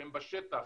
שהם בשטח,